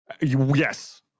Yes